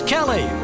Kelly